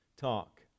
talk